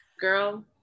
Girl